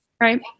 Right